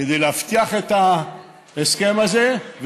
כדי להבטיח את ההסכם הזה.